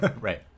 Right